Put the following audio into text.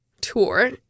tour